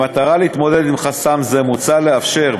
במטרה להתמודד עם חסם זה מוצע לאפשר,